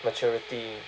maturity